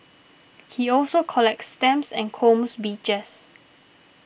he also collects stamps and combs beaches